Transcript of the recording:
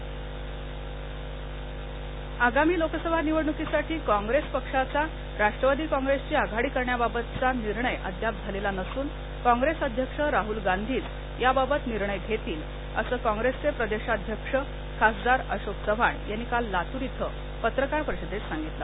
अशोक चव्हाण आगामी लोकसभा निवडणुकीसाठी राष्ट्रीय कॉंग्रेस राष्ट्रवादी कॉंग्रेसशी आघाडी करण्याबाबत अद्याप निर्णय झालेला नसून कॉप्रेस अध्यक्ष राहल गांधीच त्याबाबत निर्णय घेतील असं कॉप्रेसचे प्रदेशाध्यक्ष खासदार अशोक चव्हाण यांनी काल लातूर इथं पत्रकार परिषदेत सांगितलं